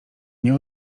nie